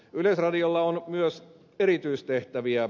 yleisradiolla on myös erityistehtäviä